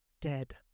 Dead